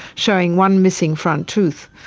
showing one missing front tooth.